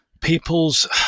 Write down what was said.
people's